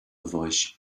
voice